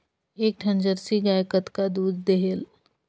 एक ठन जरसी गाय कतका दूध देहेल?